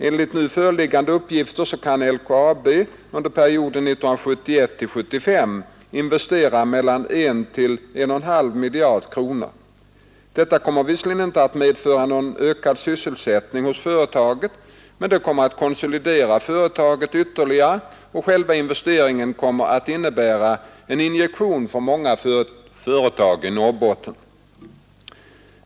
Enligt nu föreliggande uppgifter kommer LKAB att under perioden 1971-1975 investera mellan 1 och 1,5 miljarder kronor. Detta kommer visserligen inte att medföra någon ökad sysselsättning hos företaget men det kommer att konsolidera företaget ytterligare och själva investeringen kommer att innebära en injektion för många företag i Norrbotten.